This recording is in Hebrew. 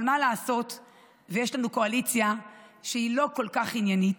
אבל מה לעשות ויש לנו קואליציה שהיא לא כל כך עניינית?